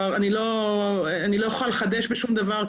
אני לא יכולה לחדש בשום דבר,